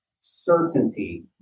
certainty